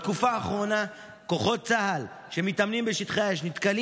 בתקופה האחרונה כוחות צה"ל שמתאמנים בשטחי האש נתקלים